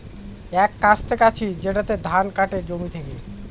এক কাস্তে কাঁচি যেটাতে ধান কাটে জমি থেকে